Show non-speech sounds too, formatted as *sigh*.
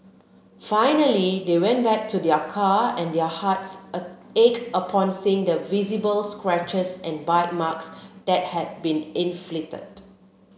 finally they went back to their car and their hearts *hesitation* ached upon seeing the visible scratches and bite marks that had been inflicted